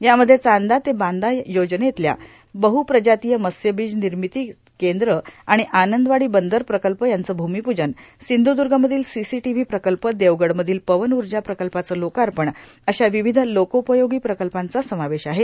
यामध्ये चांदा ते बांदा योजनेतल्या बहुप्रजातीय मत्स्यबीज र्नामती कद्र र्नाण आनंदवाडी बंदर प्रकल्प यांचं भूमीपूजन र्सिधूदगमधील सीसीटांव्हां प्रकल्प देवगडमधील पवन ऊजा प्रकल्पाचं लोकापण अशा र्वावध लोकोपयोगी प्रकल्पांचा समावेश आहे